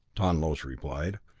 tonlos replied,